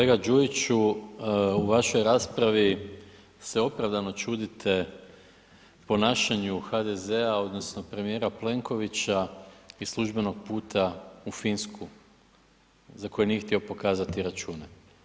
Kolega Đujiću, u vašoj raspravi se opravdano čudite ponašanju HDZ-a odnosno premijera Plenkovića iz službenog puta u Finsku za koje nije htio pokazati račune.